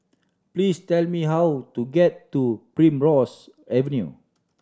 please tell me how to get to Primrose Avenue